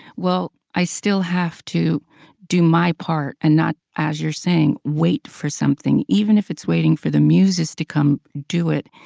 well, i still have to do my part and not, as you're saying, wait for something. even if it's waiting for the muses to come do it,